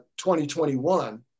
2021